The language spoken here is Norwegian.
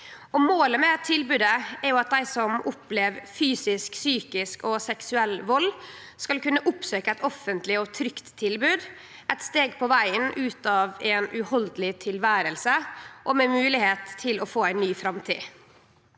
Målet med tilbodet er at dei som opplever fysisk, psykisk og seksuell vald, skal kunne oppsøkje eit offentleg og trygt tilbod, eit steg på vegen ut av eit uuthaldeleg tilvære, og med moglegheit til å få ei ny framtid.